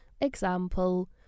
Example